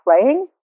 playing